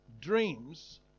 dreams